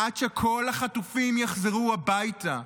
עד שכל החטופים יחזרו הביתה.